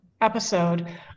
episode